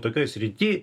tokioj srity